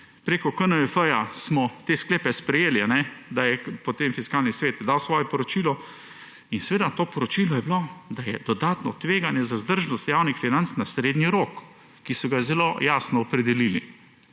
Preko KNF smo te sklepe sprejeli, da je potem Fiskalni svet dal svojo poročilo in seveda to poročilo je bilo, da je dodatno tveganje za zdržnost javnih financ na srednji rok, ki so ga zelo jasno opredelili.